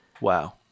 wow